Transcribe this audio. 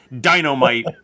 dynamite